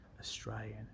Australian